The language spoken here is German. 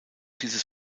dieses